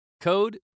code